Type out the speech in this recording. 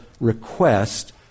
request